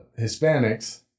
Hispanics